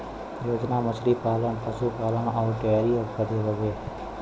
योजना मछली पालन, पसु पालन अउर डेयरीए बदे हउवे